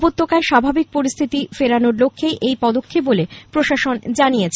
উপত্যকায় স্বাভাবিক পরিস্হিতি ফেরানোর লক্ষ্যেই এই পদক্ষেপ বলে প্রশাসন জানিয়েছে